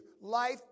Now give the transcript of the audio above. Life